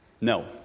No